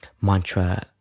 mantra